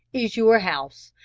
is your house,